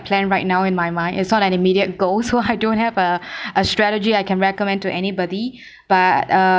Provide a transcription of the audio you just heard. plan right now in my mind it's not an immediate goal so I don't have a a strategy I can recommend to anybody but uh